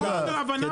מוחלט.